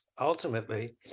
ultimately